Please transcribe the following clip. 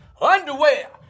Underwear